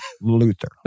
Luther